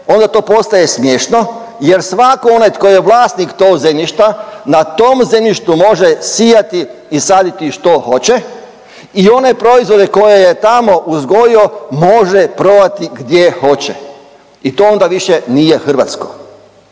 onda to postaje smiješno, jer svatko onaj tko je vlasnik tog zemljišta na tom zemljištu može sijati i saditi što hoće. I one proizvode koje je tamo uzgojio može prodati gdje hoće i to onda više nije hrvatsko.